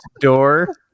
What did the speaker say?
door